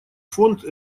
фонд